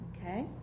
Okay